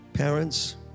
Parents